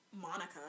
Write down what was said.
Monica